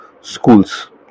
schools